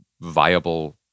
viable